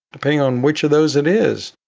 depending on which of those it is.